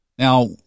Now